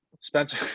Spencer